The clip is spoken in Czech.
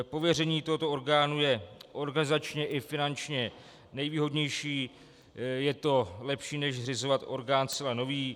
Pověření tohoto orgánu je organizačně i finančně nejvýhodnější, je to lepší než zřizovat orgán nový.